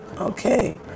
Okay